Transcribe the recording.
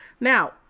Now